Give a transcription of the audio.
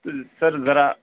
سر ذرا